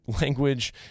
language